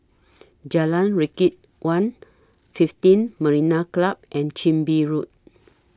Jalan Rakit one fifteen Marina Club and Chin Bee Road